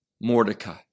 Mordecai